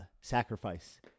sacrifice